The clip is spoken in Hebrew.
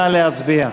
נא להצביע.